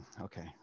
okay